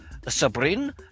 Sabrin